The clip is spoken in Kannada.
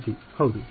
ವಿದ್ಯಾರ್ಥಿ ಹೌದು